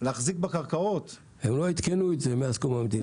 להחזיק בקרקעות --- הם לא עדכנו את זה מאז קום המדינה.